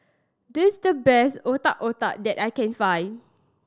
this the best Otak Otak that I can find